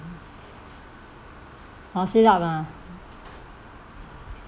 oh sit up ah